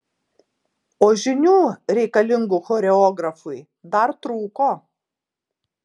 o žinių reikalingų choreografui dar trūko